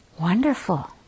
Wonderful